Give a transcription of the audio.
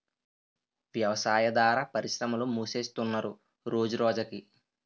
వ్యవసాయాదార పరిశ్రమలు మూసేస్తున్నరు రోజురోజకి